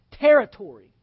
territory